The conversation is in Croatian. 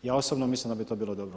Ja osobno mislim da bi to bilo dobro.